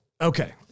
Okay